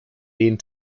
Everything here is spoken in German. jeden